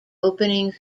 opening